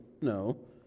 No